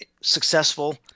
successful